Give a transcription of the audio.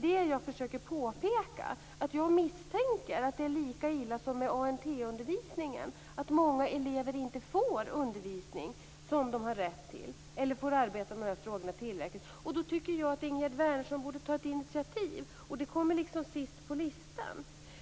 Vad jag försöker påpeka är att jag misstänker att det är lika illa som med ANT-undervisningen, att många elever får inte den undervisning som de har rätt till eller inte får arbeta tillräckligt med de här frågorna. Jag tycker att Ingegerd Wärnersson borde ta ett initiativ, men detta kommer sist på listan.